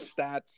stats